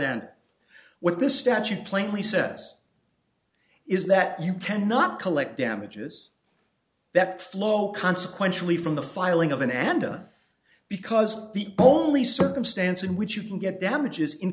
and what this statute plainly says is that you cannot collect damages that flow consequentially from the filing of an anda because the only circumstance in which you can get damages in